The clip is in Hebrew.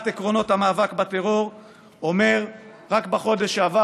עקרונות המאבק בטרור אומר רק בחודש שעבר,